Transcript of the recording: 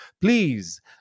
please